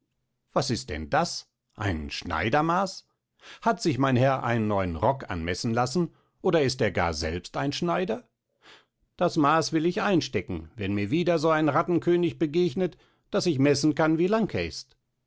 was ist denn das ein schneidermaß hat sich mein herr einen neuen rock anmeßen laßen oder ist er gar selbst ein schneider das maß will ich einstecken wenn mir wieder so ein rattenkönig begegnet daß ich meßen kann wie lang er ist